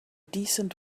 descent